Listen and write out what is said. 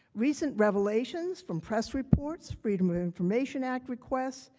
recent revelations from press reports, freedom of information act request,